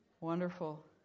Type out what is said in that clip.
Wonderful